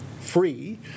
free